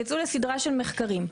יצאו לסדרה של מחקרים,